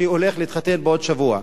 שהולך להתחתן בעוד שבוע.